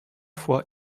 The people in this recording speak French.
fois